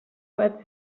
vaig